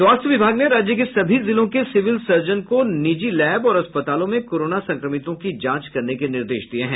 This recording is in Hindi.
स्वास्थ्य विभाग ने राज्य के सभी जिलों के सिविल सर्जनों को निजी लैब और अस्पतालों में कोरोना संक्रमितों की जांच करने के निर्देश दिये हैं